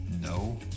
No